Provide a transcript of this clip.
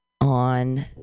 on